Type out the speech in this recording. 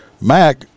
Mac